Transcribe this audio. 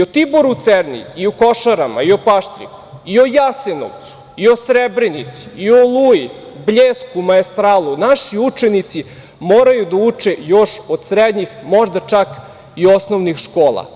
O Tiboru Cerni i o Košarama, i o Paštriku i o Jasenovcu i o Srebrenici i o Oluji, Bljesku, Maestralu naši učenici moraju da uče još od srednjih, možda čak i osnovnih škola.